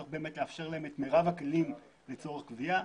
צריך לאפשר לרשויות את מירב הכלים לצורך גבייה.